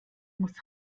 muss